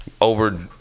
over